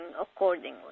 accordingly